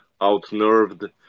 outnerved